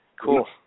Cool